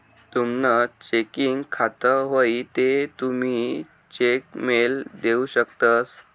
तुमनं चेकिंग खातं व्हयी ते तुमी चेक मेल देऊ शकतंस